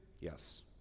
Yes